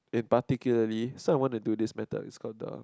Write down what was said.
it particularly so I want to do this matter is called the